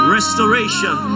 Restoration